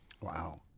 Wow